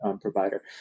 provider